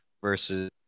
versus